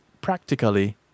practically